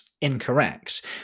incorrect